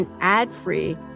ad-free